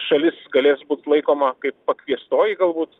šalis galės būt laikoma kaip pakviestoji galbūt